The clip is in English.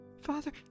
Father